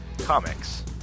comics